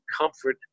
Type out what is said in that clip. comfort